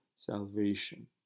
Salvation